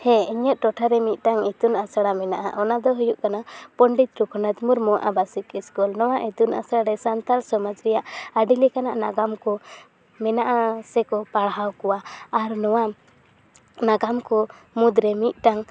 ᱦᱮᱸ ᱤᱧᱟᱹᱜ ᱴᱚᱴᱷᱟ ᱨᱮ ᱢᱤᱫᱴᱟᱝ ᱤᱛᱩᱱ ᱟᱥᱲᱟ ᱢᱮᱱᱟᱜᱼᱟ ᱚᱱᱟ ᱫᱚ ᱦᱩᱭᱩᱜ ᱠᱟᱱᱟ ᱯᱚᱱᱰᱤᱛ ᱨᱚᱜᱷᱩᱱᱟᱛᱷ ᱢᱩᱨᱢᱩ ᱟᱵᱟᱥᱤᱠ ᱥᱠᱩᱞ ᱱᱚᱣᱟ ᱤᱛᱩᱱ ᱟᱥᱲᱟ ᱨᱮ ᱥᱟᱱᱛᱟᱲ ᱥᱚᱢᱟᱡᱽ ᱨᱮᱭᱟᱜ ᱟᱹᱰᱤ ᱞᱮᱠᱟᱱᱟᱜ ᱱᱟᱜᱟᱢ ᱠᱚ ᱢᱮᱱᱟᱜᱼᱟ ᱥᱮᱠᱚ ᱯᱟᱲᱦᱟᱣ ᱠᱚᱣᱟ ᱟᱨ ᱱᱚᱣᱟ ᱱᱟᱜᱟᱢ ᱠᱚ ᱢᱩᱫᱽᱨᱮ ᱢᱤᱫᱴᱟᱝ